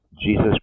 Jesus